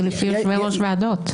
זה לפי יושבי-ראש ועדות.